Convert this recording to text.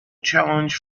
challenge